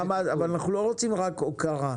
אבל אנחנו לא רוצים רק הוקרה.